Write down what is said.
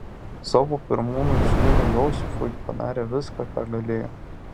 savo pirmūnui sūnui josifui padarė viską ką galėjo